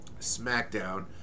SmackDown